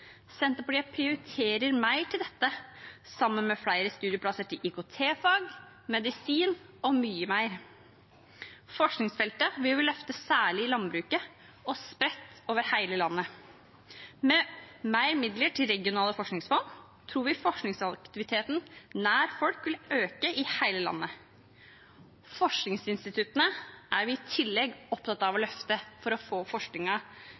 Senterpartiet prioriterer mer til dette, sammen med flere studieplasser til IKT-fag, medisin og mye mer. Forskningsfeltet vil vi løfte særlig i landbruket og spredt over hele landet. Med mer midler til regionale forskningsfond tror vi forskningsaktiviteten nær folk vil øke i hele landet. Forskningsinstituttene er vi i tillegg opptatt av å løfte for å få